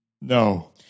No